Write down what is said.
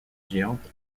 géante